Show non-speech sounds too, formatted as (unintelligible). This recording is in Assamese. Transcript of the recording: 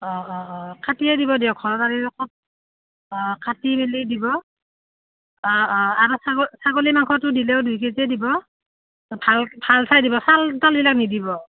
অঁ অঁ অঁ কাটিয়ে দিব দিয়ক (unintelligible) অঁ কাটি মেলি দিব অঁ অঁ আৰু ছাগ ছাগলী মাংসটো দিলেও দুই কেজি দিব ভাল ভাল চাই দিব চাল তাল এইবিলাক নিদিব